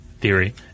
theory